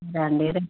దండిగే